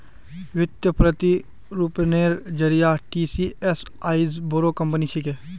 वित्तीय प्रतिरूपनेर जरिए टीसीएस आईज बोरो कंपनी छिके